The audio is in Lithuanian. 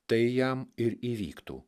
tai jam ir įvyktų